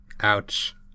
Ouch